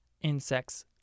insects